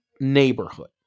neighborhood